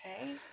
Okay